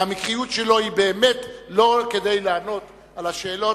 והמקריות שלו היא באמת לא כדי לענות על השאלות,